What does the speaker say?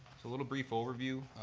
a little brief overview.